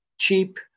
cheap